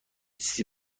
چیزی